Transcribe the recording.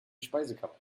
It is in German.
speisekammer